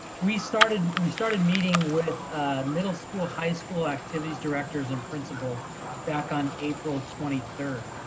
we started we started meeting with middle school, high school activities directors and principals back on april twenty third.